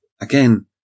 again